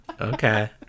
Okay